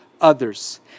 others